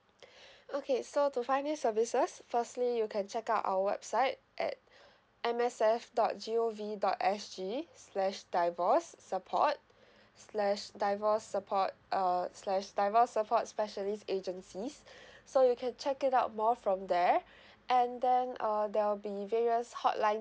okay so to find this services firstly you can check out our website at M S F dot G O V dot S G slash divorce support slash divorce support uh slash divorce support specialist agencies so you can check it out more from there and then uh there will be various hotline